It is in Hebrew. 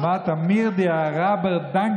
אמרת: (אומר דברים ביידיש.)